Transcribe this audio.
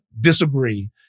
disagree